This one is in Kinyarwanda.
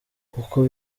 uko